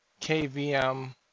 KVM